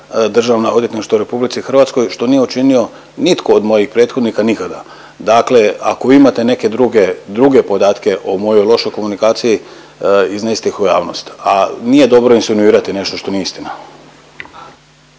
državna odvjetništva u RH što nije učinio nitko od mojih prethodnika nikada. Dakle, ako vi imate neke druge podatke o mojoj lošoj komunikaciji iznesite ih u javnost. A nije dobro insinuirati nešto što nije istina.